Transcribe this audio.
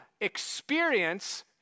experience